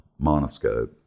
monoscope